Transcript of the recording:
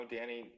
Danny